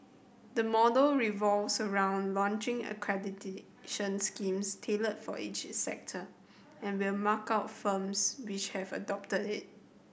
the model revolves around launching accreditation schemes tailored for each sector and will mark out firms which have adopted it